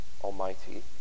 Almighty